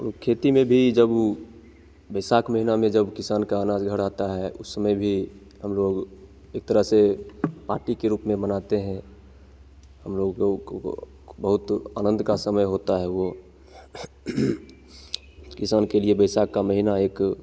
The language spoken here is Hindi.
और खेती में भी जब बैसाख महीने में जब किसान का अनाज घर आता है उस समय भी हम लोग एक तरह से पार्टी के रूप में मनाते हैं हम लोगों को बहुत आनंद का समय होता है वह किसान के लिए बैसाख का महीना एक